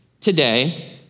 today